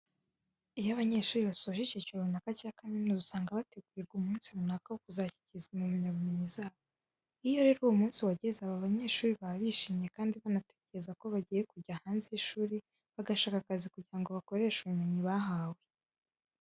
Iyo abanyeshuri basoje icyiciro runaka cya kaminuza usanga bategurirwa umunsi runaka wo kuzashyikirizwa impamyabumenyi zabo. Iyo rero uwo munsi wageze, aba banyeshuri baba bishimye kandi banatekereza ko bagiye kujya hanze y'ishuri bagashaka akazi kugira ngo bakoreshe ubumenyi bahawe.